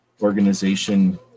organization